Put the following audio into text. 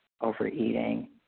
overeating